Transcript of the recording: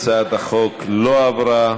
הצעת החוק לא התקבלה.